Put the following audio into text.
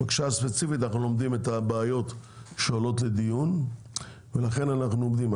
הבקשה ספציפית אנחנו לומדים את הבעיות שעולות לדיון ולכן אנחנו עומדים.